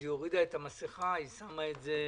אז היא הורידה את המסכה ושמה אותה